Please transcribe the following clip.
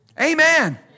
Amen